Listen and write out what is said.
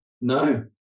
No